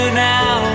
now